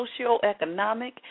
socioeconomic